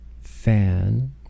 fan